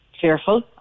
fearful